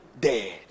dead